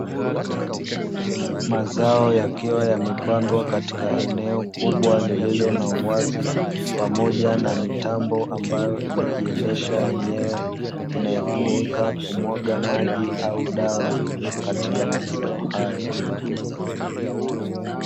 Mazao yakiwa yemepandwa katika eneo kubwa lililo na uwazi pamoja na mitambo ambayo inayo jiendesha yenyewe inayotumika kumwaga maji au dawa katika mazao hayo.